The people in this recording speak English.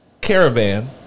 Caravan